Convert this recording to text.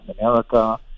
America